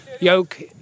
Yoke